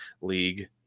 League